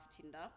Tinder